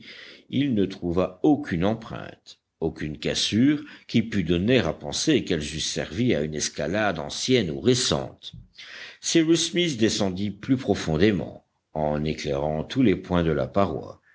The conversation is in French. il ne trouva aucune empreinte aucune cassure qui pût donner à penser qu'elles eussent servi à une escalade ancienne ou récente cyrus smith descendit plus profondément en éclairant tous les points de la paroi